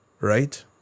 Right